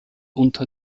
unter